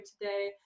today